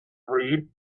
read